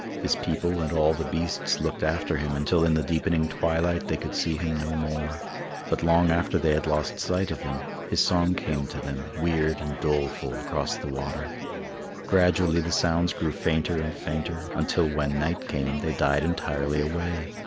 his people and all the beasts looked after him until in the deepening twilight they could see him no more but long after they had lost sight of him, his song came to them, weird and doleful, across the water gradually the sounds grew fainter and fainter, until when night came they died entirely away.